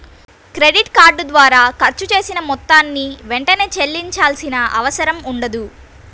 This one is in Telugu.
క్రెడిట్ కార్డు ద్వారా ఖర్చు చేసిన మొత్తాన్ని వెంటనే చెల్లించాల్సిన అవసరం ఉండదు